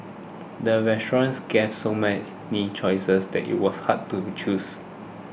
the restaurant gave so many choices that it was hard to choose